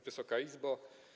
Wysoka Izbo!